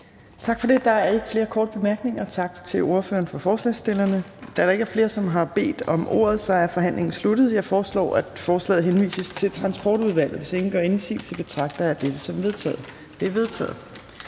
Tak for det. Der er ikke flere korte bemærkninger. Tak til ordføreren for forslagsstillerne. Da der ikke er flere, som har bedt om ordet, er forhandlingen sluttet. Jeg foreslår, at forslaget henvises til Transportudvalget. Hvis ingen gør indsigelse, betragter jeg dette som vedtaget. Det er vedtaget.